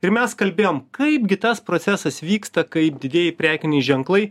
ir mes kalbėjom kaip gi tas procesas vyksta kaip didieji prekiniai ženklai